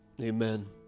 Amen